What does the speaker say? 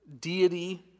deity